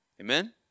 Amen